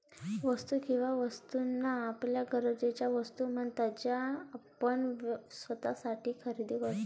वस्तू किंवा वस्तूंना आपल्या गरजेच्या वस्तू म्हणतात ज्या आपण स्वतःसाठी खरेदी करतो